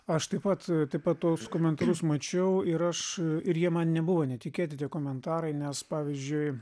aš taip pat taip pat tuos komentarus mačiau ir aš ir jie man nebuvo netikėti tie komentarai nes pavyzdžiui